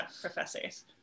professors